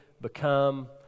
become